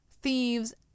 thieves